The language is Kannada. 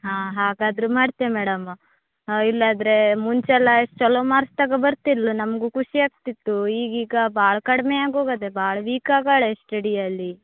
ಹಾಂ ಹಾಗಾದರೆ ಮಾಡ್ತೇ ಮೇಡಮ್ ಇಲ್ಲಾದರೆ ಮುಂಚೆ ಎಲ್ಲ ಛಲೋ ಮಾರ್ಕ್ ತಗೋ ಬರ್ತಿದ್ದಳು ನಮಗು ಖುಷಿ ಆಗ್ತಿತ್ತು ಈಗೀಗ ಭಾಳ ಕಡಿಮೆ ಆಗೋಗಿದೆ ಭಾಳ ವೀಕ್ ಆಗಾಳೆ ಸ್ಟಡಿಯಲ್ಲಿ